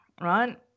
right